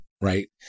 Right